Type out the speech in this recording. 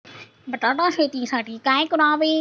बटाटा शेतीसाठी काय करावे?